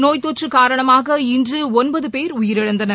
நோய் தொற்று காரணமாக இன்று ஒன்பது பேர் உயிரிழந்தனர்